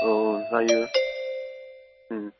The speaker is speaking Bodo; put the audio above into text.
औ औ जायो